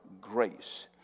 grace